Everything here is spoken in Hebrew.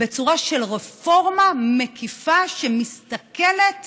בצורה של רפורמה מקיפה שמסתכלת